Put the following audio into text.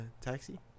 taxi